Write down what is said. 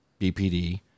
BPD